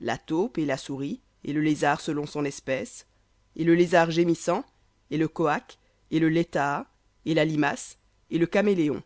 la taupe et la souris et le lézard selon son espèce et le lézard gémissant et le coakh et le letaa et la limace et le caméléon